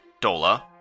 Dola